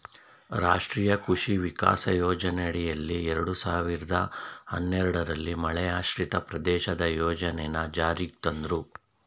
ರಾಷ್ಟ್ರೀಯ ಕೃಷಿ ವಿಕಾಸ ಯೋಜನೆಯಡಿಯಲ್ಲಿ ಎರಡ್ ಸಾವಿರ್ದ ಹನ್ನೆರಡಲ್ಲಿ ಮಳೆಯಾಶ್ರಿತ ಪ್ರದೇಶದ ಯೋಜನೆನ ಜಾರಿಗ್ ತಂದ್ರು